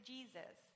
Jesus